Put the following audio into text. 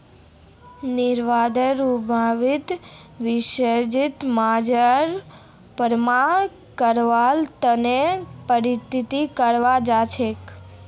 नारीवादी उद्यमियक वाणिज्यिक बाजारत प्रवेश करवार त न प्रेरित कराल जा छेक